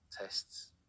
tests